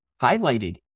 highlighted